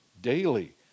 daily